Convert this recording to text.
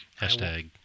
hashtag